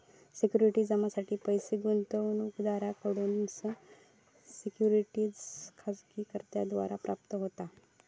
सिक्युरिटीजसाठी पैस गुंतवणूकदारांकडसून सिक्युरिटीज जारीकर्त्याद्वारा प्राप्त होता